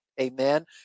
Amen